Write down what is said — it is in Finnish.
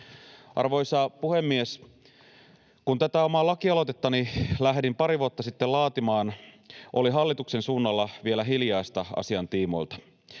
Arvoisa puhemies! Kun tätä omaa lakialoitettani lähdin pari vuotta sitten laatimaan, oli hallituksen suunnalla vielä hiljaista asian tiimoilta.